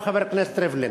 גם חבר הכנסת ריבלין.